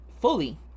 fully